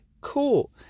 cool